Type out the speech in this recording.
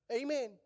Amen